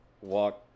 walk